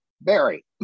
Barry